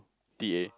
T A